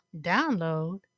Download